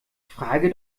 frage